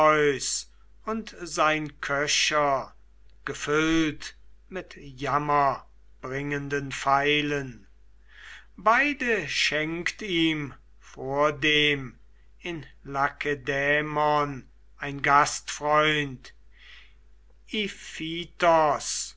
und sein köcher gefüllt mit jammerbringenden pfeilen beide schenkt ihm vordem in lakedaimon ein gastfreund